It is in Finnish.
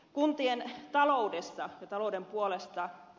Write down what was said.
kuntien taloudessa ja talouden puolesta